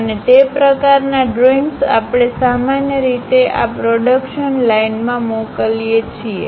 અને તે પ્રકારનાં ડ્રોઈંગ્સ આપણે સામાન્ય રીતે આ પ્રોડક્શન લાઇનમાં મોકલીએ છીએ